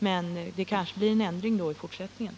Men det kanske blir en ändring på det nu?